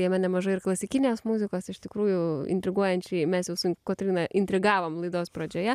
jame nemažai ir klasikinės muzikos iš tikrųjų intriguojančiai mes jau su kotryna intrigavom laidos pradžioje